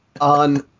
On